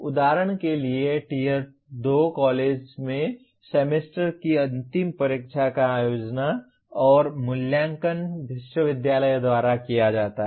उदाहरण के लिए टियर 2 कॉलेज में सेमेस्टर की अंतिम परीक्षा का आयोजन और मूल्यांकन विश्वविद्यालय द्वारा किया जाता है